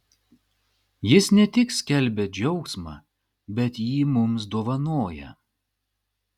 jis ne tik skelbia džiaugsmą bet jį mums dovanoja